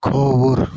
کھوٚوُر